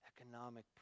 economic